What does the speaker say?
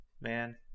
man